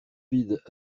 vides